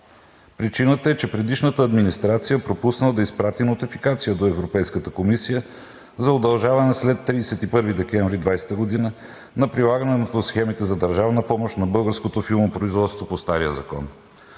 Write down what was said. Причината е, че предишната администрация е пропуснала да изпрати нотификация до Европейската комисия за удължаване след 31 декември 2020 г. на прилагането на схемите за държавна помощ на българското филмопроизводство по стария закон.